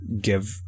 give